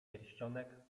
pierścionek